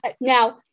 Now